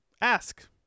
Ask